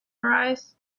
arise